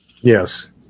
Yes